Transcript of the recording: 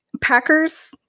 Packer's